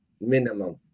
minimum